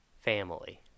family